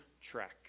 track